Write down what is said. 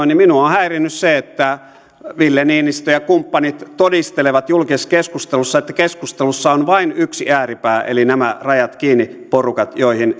niin minua on häirinnyt se että ville niinistö ja kumppanit todistelevat julkisessa keskustelussa että keskustelussa on vain yksi ääripää eli nämä rajat kiinni porukat joihin